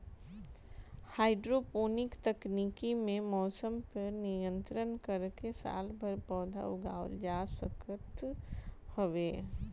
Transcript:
hydroponic तकनीकी में मौसम पअ नियंत्रण करके सालभर पौधा उगावल जा सकत हवे